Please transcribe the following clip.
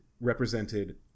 represented